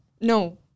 No